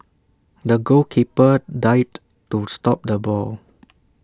the goalkeeper dived to stop the ball